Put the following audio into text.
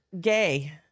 Gay